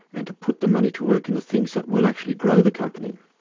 and to put the money to work in the things that will actually grow the company,